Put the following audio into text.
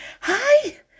Hi